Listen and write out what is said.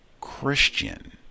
Christian